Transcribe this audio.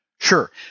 Sure